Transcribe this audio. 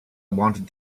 wanted